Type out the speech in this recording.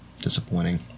Disappointing